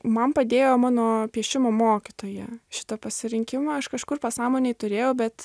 man padėjo mano piešimo mokytoja šitą pasirinkimą aš kažkur pasąmonėj turėjau bet